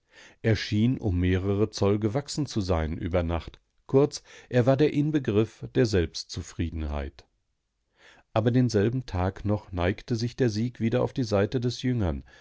schien um mehrere zoll gewachsen zu sein über nacht kurz er war der inbegriff der selbstzufriedenheit aber denselben tag noch neigte sich der sieg wieder auf die seite des jüngeren